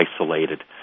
isolated